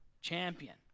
champion